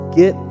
get